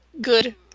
good